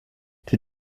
die